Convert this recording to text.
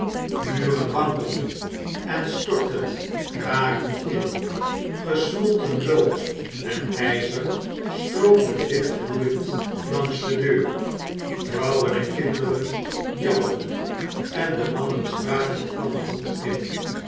muren wankelden en stortten krakend in gesmolten lood en ijzer stroomden wit gloeiend langs den grond vrouwen en kinderen jammerden en de mannen spraken elkander moed in